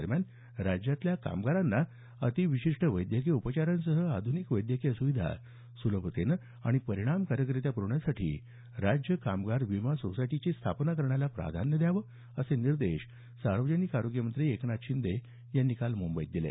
दरम्यान राज्यातल्या कामगारांना अतिविशिष्ट वैद्यकीय उपचारांसह आध्निक वैद्यकीय स्विधा सुलभतेनं आणि परिणामकारकरित्या प्रवण्यासाठी राज्य कामगार विमा सोसायटीची स्थापना करण्याला प्राधान्य द्यावं असे निर्देश सार्वजनिक आरोग्य मंत्री एकनाथ शिंदे यांनी काल मुंबईत दिले